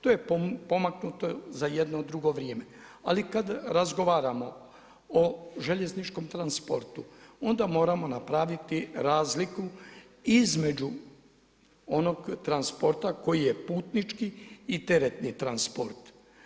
To je pomaknuto za jedno drugo vrijeme, ali kad razgovaramo o željezničkom transportu onda moramo napraviti razliku između onoga transporta koji je putnički i teretni transport.